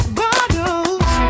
bottles